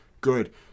Good